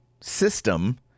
system